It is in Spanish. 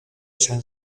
san